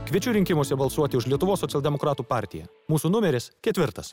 kviečiu rinkimuose balsuoti už lietuvos socialdemokratų partiją mūsų numeris ketvirtas